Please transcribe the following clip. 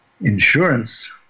insurance